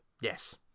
Yes